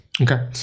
Okay